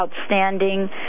outstanding